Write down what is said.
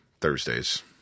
Thursdays